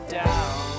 down